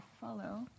follow